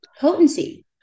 potency